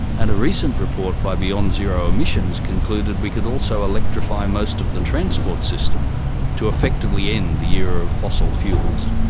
and a recent report by beyond zero emissions concluded we could also electrify most of the transport system to effectively end the era of fossil fuels.